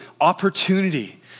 opportunity